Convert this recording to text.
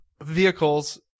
vehicles